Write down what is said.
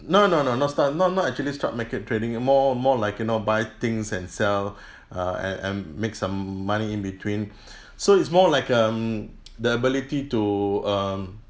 no no no not stock not not actually stock market trading more more like you know buy things and sell uh and and make some money in between so it's more like um the ability to um